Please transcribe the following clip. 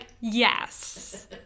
yes